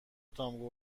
تام